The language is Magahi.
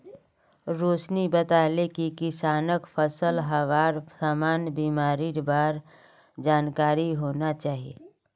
रोशिनी बताले कि किसानक फलत हबार सामान्य बीमारिर बार जानकारी होना चाहिए